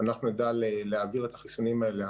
אנחנו נדע להעביר את החיסונים האלה.